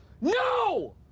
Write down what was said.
No